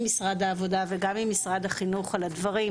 משרד העבודה וגם עם משרד החינוך על הדברים,